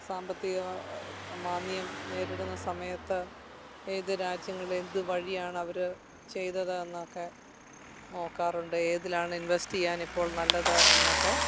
സാമ്പത്തികമാന്ദ്യം നേരിടുന്ന സമയത്ത് ഏത് രാജ്യങ്ങൾ എന്ത് വഴിയാണ് അവർ ചെയ്തത് എന്നൊക്കെ നോക്കാറുണ്ട് ഏതിലാണ് ഇൻവെസ്റ്റ് ചെയ്യാൻ ഇപ്പോൾ നല്ലത് എന്ന് ഒക്കെ